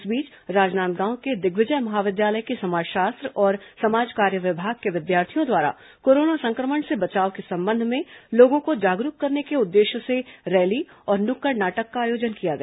इस बीच राजनांदगांव के दिग्विजय महाविद्यालय के समाज शास्त्र और समाज कार्य विभाग के विद्यार्थियों द्वारा कोरोना संक्रमण से बचाव के संबंध में लोगों को जागरूक करने के उद्देश्य से रैली और नुक्कड़ नाटक का आयोजन किया गया